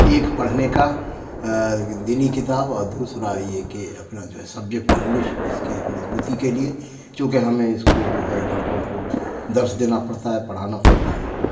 ایک پڑھنے کا دینی کتاب اور دوسرا یہ کہ اپنا جو ہے سبجیکٹ انگلش اس کے مضبوطی کے لیے چونکہ ہمیں اس کو جو ہے لڑکوں کو درس دینا پڑتا ہے پڑھانا پڑتا ہے